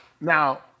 now